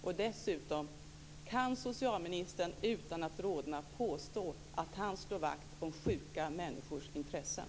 Och dessutom: Kan socialministern utan att rodna påstå att han slår vakt om sjuka människors intressen?